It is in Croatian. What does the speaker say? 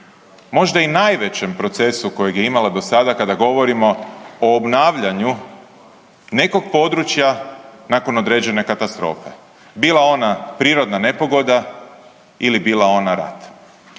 možda i najvećem procesu kojeg je imala do sada kada govorimo o obnavljanju nekog područja nakon određene katastrofe, bila ona prirodna nepogoda ili bila ona rat.